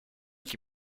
qui